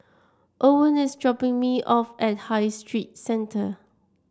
Owen is dropping me off at High Street Center